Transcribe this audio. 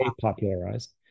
popularized